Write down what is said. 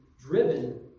driven